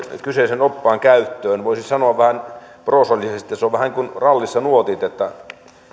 kyseisen oppaan käytöstä voisi sanoa vähän proosallisesti että se on vähän kuin rallissa nuotit että